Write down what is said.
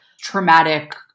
traumatic